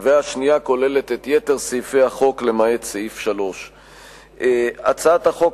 והשנייה כוללת את יתר סעיפי החוק למעט סעיף 3. הצעת החוק